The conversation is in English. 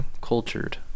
Cultured